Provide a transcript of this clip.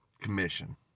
commission